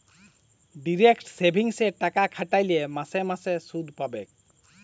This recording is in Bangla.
ডিরেক্ট সেভিংসে টাকা খ্যাট্যাইলে মাসে মাসে সুদ পাবেক